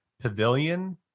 pavilion